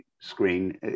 screen